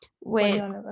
Wait